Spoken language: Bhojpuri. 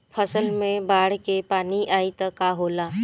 फसल मे बाढ़ के पानी आई त का होला?